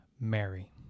Mary